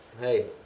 Hey